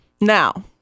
Now